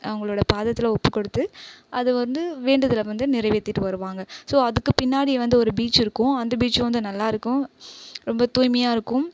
அவங்களோடய பாதத்தில் ஒப்புக்கொடுத்து அது வந்து வேண்டுதலை வந்து நிறைவேற்றிட்டு வருவாங்க ஸோ அதுக்குப் பின்னாடி ஒரு பீச் இருக்கும் அந்த பீச் வந்து நல்லாயிருக்கும் ரொம்பத் தூய்மையாக இருக்கும்